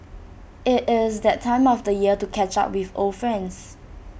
IT is that time of year to catch up with old friends